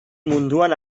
munduan